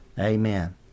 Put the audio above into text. Amen